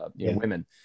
women